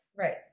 Right